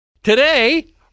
Today